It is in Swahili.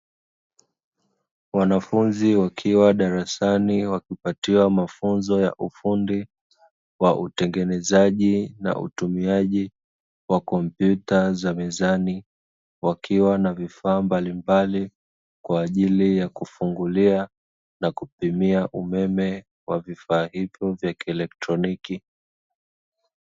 Wanafunzi wakiwa darasani, wakipatiwa mafunzo ya ufundi wa utengenezaji na utumiaji wa kompyuta za mezani. Wakiwa na vifaa mbalimbali, kwa ajili ya kufungulia na kupimia umeme wavifaa hivyo vya kielektroniki.